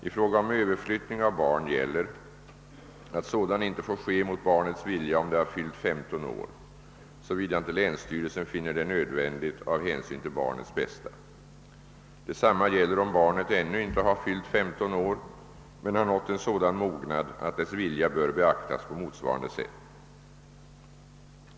I fråga om överflyttning av barn gäller att sådan inte får ske mot barnets vilja, om det har fyllt 15 år, såvida inte länsstyrelsen finner det nödvändigt av hänsyn till barnets bästa. Detsamma gäller, om barnet ännu inte har fyllt 15 år men har nått en sådan mognad, att dess vilja bör beaktas på motsvarande sätt.